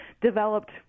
developed